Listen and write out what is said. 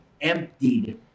emptied